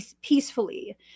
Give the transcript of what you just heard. peacefully